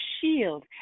shield